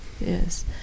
Yes